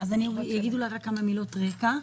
אז אני אגיד אולי רק כמה מילות רקע.